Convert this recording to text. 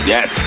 Yes